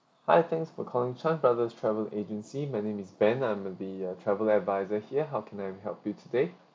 hi thanks for calling chan brothers travel agency my name is ben I will be your travel adviser here how can I help you today